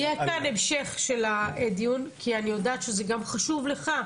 יהיה כאן המשך של הדיון כי אני יודעת שזה גם חשוב לך,